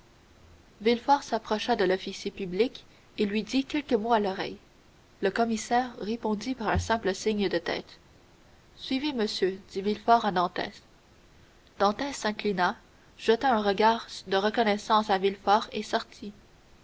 villefort s'approcha de l'officier public et lui dit quelques mots à l'oreille le commissaire répondit par un simple signe de tête suivez monsieur dit villefort à dantès dantès s'inclina jeta un dernier regard de reconnaissance à villefort et sortit